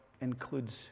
includes